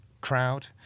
crowd